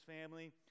family